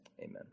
amen